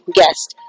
guest